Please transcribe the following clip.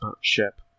ship